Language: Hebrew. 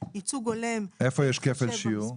איפה יש כפל שיעור?